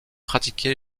pratiqué